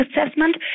assessment